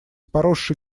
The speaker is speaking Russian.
поросшей